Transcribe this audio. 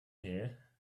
here